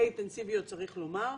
די אינטנסיביות צריך לומר.